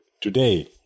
today